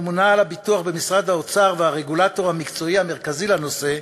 הממונה על הביטוח במשרד האוצר והרגולטור המקצועי המרכזי לנושא,